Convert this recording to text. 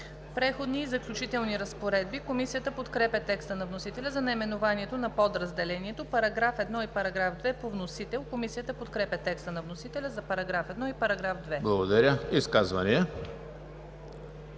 „Преходни и заключителни разпоредби“. Комисията подкрепя текста на вносителя за наименованието на подразделението. Параграф 1 и § 2 – по вносител. Комисията подкрепя текста на вносителя за параграфи 1 и 2. ПРЕДСЕДАТЕЛ ЕМИЛ ХРИСТОВ: Благодаря. Изказвания?